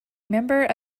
member